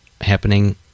happening